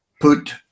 put